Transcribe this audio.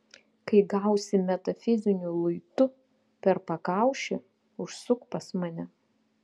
kai gausi metafiziniu luitu per pakaušį užsuk pas mane